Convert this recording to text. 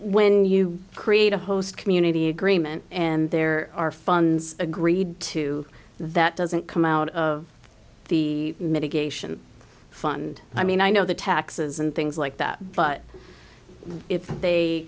when you create a host community agreement and there are funds agreed to that doesn't come out of the mitigation fund i mean i know the taxes and things like that but if they